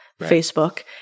Facebook